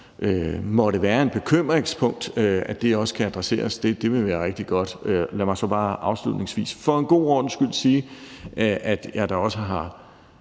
måtte være et bekymringspunkt, også kan adresseres, ville det være rigtig godt. Lad mig så afslutningsvis for en god ordens skyld bare sige, at jeg da også har